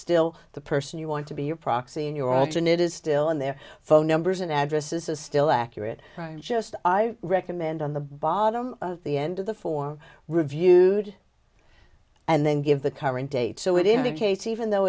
still the person you want to be your proxy in your option it is still on their phone numbers and addresses is still accurate just i recommend on the bottom of the end of the form reviewed and then give the current date so it indicates even though